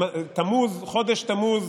חודש תמוז,